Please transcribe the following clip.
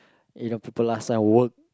you know people last time work